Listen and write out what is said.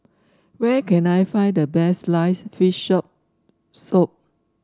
where can I find the best sliced fish shop soup